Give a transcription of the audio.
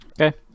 okay